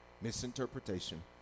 Misinterpretation